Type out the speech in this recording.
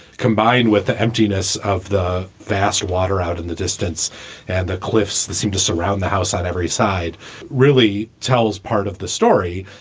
combined with the emptiness of the vast water out in the distance and the cliffs that seem to surround the house on every side really tells part of the story.